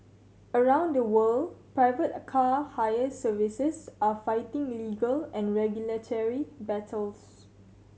around the world private car hire services are fighting legal and regulatory battles